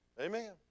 Amen